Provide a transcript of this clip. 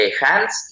hands